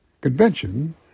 convention